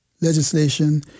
legislation